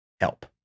help